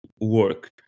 work